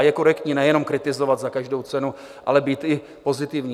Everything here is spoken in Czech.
Je korektní nejen kritizovat za každou cenu, ale být i pozitivní.